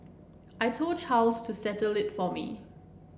I told Charles to settle it for me